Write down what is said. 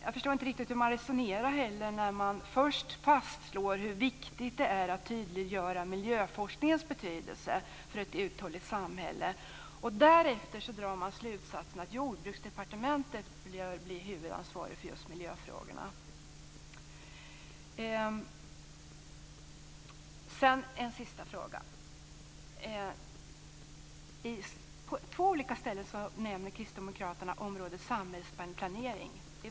Jag förstår inte riktigt heller hur man resonerar när man först fastslår hur viktigt det är att tydliggöra miljöforskningens betydelse för ett uthålligt samhälle och därefter drar slutsatsen att Jordbruksdepartementet bör bli huvudansvarigt för just miljöfrågorna. Sedan en sista fråga. På två olika ställen nämner kristdemokraterna området samhällsplanering.